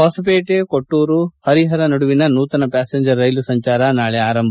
ಹೊಸವೇಟೆ ಕೊಟ್ಟೂರು ಪರಿಪರ ನಡುವಿನ ನೂತನ ಪ್ಯಾಸೆಂಜರ್ ರೈಲು ಸಂಚಾರ ನಾಳೆ ಆರಂಭ